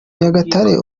nyagatare